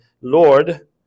Lord